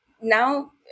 now